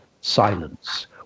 silence